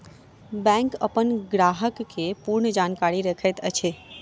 bank अपन ग्राहक के पूर्ण जानकारी रखैत अछि